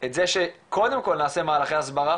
את זה שקודם כל נעשה מהלכי הסברה